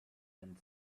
and